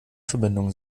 verbindung